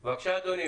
בבקשה, אדוני.